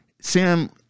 sam